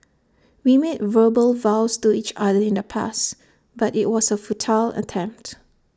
we made verbal vows to each other in the past but IT was A futile attempted